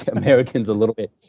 and americans a little bit.